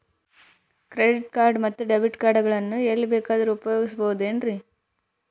Credit card ಮತ್ತು debit card ಗಳನ್ನು ಎಲ್ಲಿ ಬೇಕಾದ್ರು ಉಪಯೋಗಿಸಬಹುದೇನ್ರಿ?